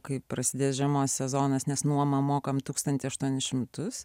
kai prasidės žiemos sezonas nes nuomą mokame tūkstantį aštuonis šimtus